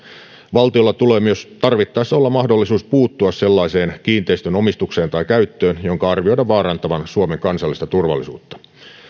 valtiolla tulee myös tarvittaessa olla mahdollisuus puuttua sellaiseen kiinteistönomistukseen tai käyttöön jonka arvioidaan vaarantavan suomen kansallista turvallisuutta